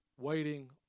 Waiting